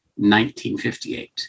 1958